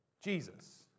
Jesus